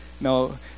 no